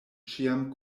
ĉiam